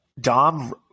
Dom